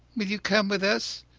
will you come with us,